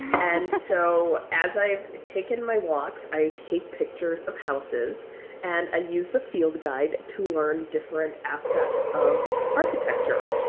and so as i've taken my walks, i take pictures of houses and i use the field guide to learn different aspects of architecture.